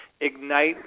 ignite